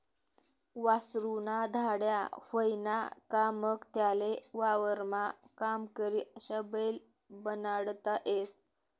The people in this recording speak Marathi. वासरु ना धांड्या व्हयना का मंग त्याले वावरमा काम करी अशा बैल बनाडता येस